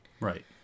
Right